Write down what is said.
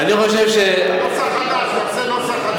אני חושב, נוסח חדש.